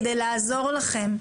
כדי לעזור לכם,